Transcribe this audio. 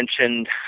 mentioned